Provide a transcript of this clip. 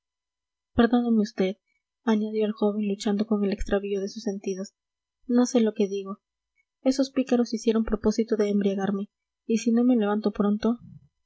perdóneme vd añadió el joven luchando con el extravío de sus sentidos no sé lo que digo esos pícaros hicieron propósito de embriagarme y si no me levanto pronto